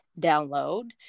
download